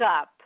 up